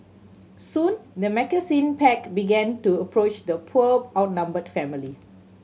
soon the pack began to approach the poor outnumbered family